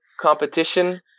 competition